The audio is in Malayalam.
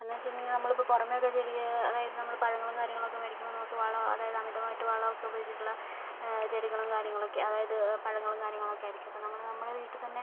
എന്ന് വെച്ചിട്ടുണ്ടെങ്കിൽ നമ്മളിപ്പോൾ പുറമെയൊക്കെ ചെടിക്ക് അതായത് നമ്മള് പഴങ്ങളും കാര്യങ്ങളൊക്കെ മേടിക്കുമ്പോൾ നമുക്ക് വളവോ അതായത് അമിതമായിട്ട് വളമൊക്കെ ഉപയോഗിച്ചിട്ടുള്ള ചെടികളും കാര്യങ്ങളൊക്കെ അതായത് പഴങ്ങളും കാര്യങ്ങളൊക്കെയായിരിക്കും അപ്പോൾ നമ്മള് നമ്മുടെ വീട്ടിൽ തന്നെ